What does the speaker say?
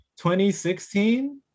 2016